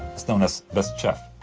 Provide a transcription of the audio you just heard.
known as best chef.